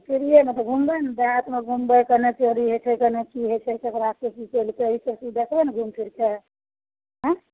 फिरिये नहि तऽ घुमबय नहि देहातमे घुमबय कने चोरी होइ छै कने की होइ छै ककराके की कयलकै ई सभ चीज देखबय ने घुमि फिरिके